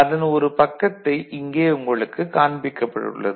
அதன் ஒரு பக்கத்தை இங்கே உங்களுக்கு காண்பிக்கப்பட்டுள்ளது